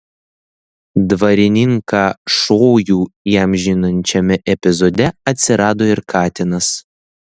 dvarininką šojų įamžinančiame epizode atsirado ir katinas